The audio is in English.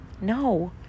No